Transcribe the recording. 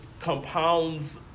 compounds